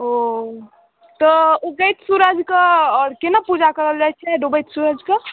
ओ तऽ उगैत सूरजके आओर कोना पूजा करल जाइ छै डुबैत सूरजके